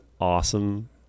awesome